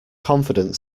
confidence